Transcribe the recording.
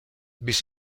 bis